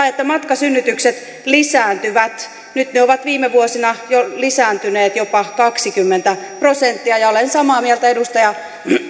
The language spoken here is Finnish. että matkasynnytykset lisääntyvät nyt ne ovat viime vuosina jo lisääntyneet jopa kaksikymmentä prosenttia ja olen samaa mieltä edustaja